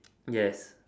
yes